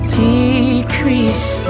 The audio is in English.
decrease